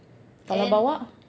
kalau bawa